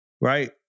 Right